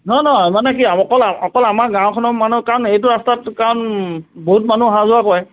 নহয় নহয় মানে কি অকল অকল আমাৰ গাঁওখনৰ মানুহ কাৰণ এইটো ৰাস্তাতটো কাৰণ বহুত মানুহ অহা যোৱা কৰে